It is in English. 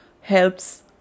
helps